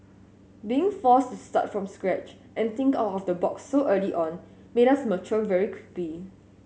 being forced to start from scratch and think out of the box so early on made us mature very quickly